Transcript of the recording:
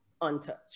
untouched